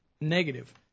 negative